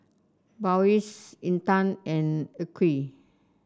Balqis Intan and Aqil